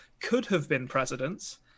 could-have-been-presidents